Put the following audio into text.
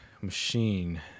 machine